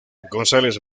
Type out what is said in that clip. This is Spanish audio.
gonzález